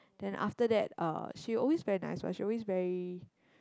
then after that uh she always very nice one she always very